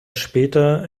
später